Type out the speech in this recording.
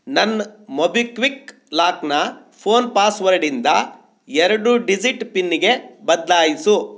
ನನ್ನ ಮೊಬಿಕ್ವಿಕ್ ಲಾಕ್ನ ಫೋನ್ ಪಾಸ್ವರ್ಡಿಂದ ಎರಡು ಡಿಜಿಟ್ ಪಿನ್ಗೆ ಬದಲಾಯಿಸು